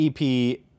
EP